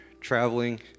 traveling